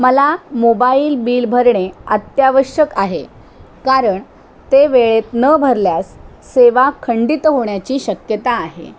मला mobile bill भरणे अत्यावश्यक आहे कारण ते वेळेत न भरल्यास सेवा खंडित होण्याची शक्यता आहे